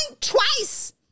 twice